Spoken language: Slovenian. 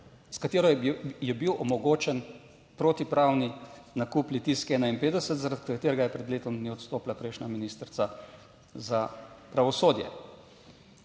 s katero je bil omogočen protipravni nakup Litijske 51, zaradi katerega je pred letom dni odstopila prejšnja ministrica za pravosodje.